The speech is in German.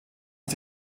ist